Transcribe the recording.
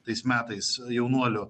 tais metais jaunuolio